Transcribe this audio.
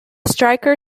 striker